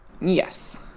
Yes